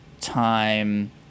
time